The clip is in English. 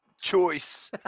choice